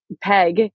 peg